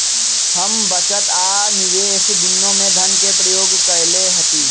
हम बचत आ निवेश दुन्नों में धन के प्रयोग कयले हती